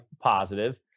positive